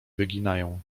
wyginają